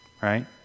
right